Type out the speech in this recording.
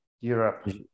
Europe